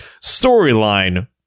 Storyline